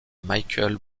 michael